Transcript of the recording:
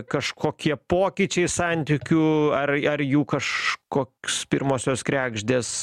kažkokie pokyčiai santykių ar ar jų kažkoks pirmosios kregždės